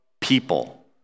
people